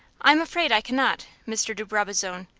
i am afraid i cannot, mr. de brabazon,